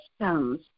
systems